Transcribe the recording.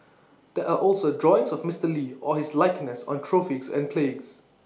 there are also drawings of Mister lee or his likeness on trophies and plagues